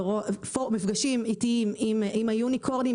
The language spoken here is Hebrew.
מפגשים אמתיים עם ה'יוני-קורנים',